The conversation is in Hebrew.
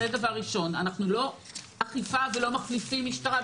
אנחנו לא אכיפה ולא מחליפים משטרה,